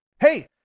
hey